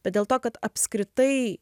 bet dėl to kad apskritai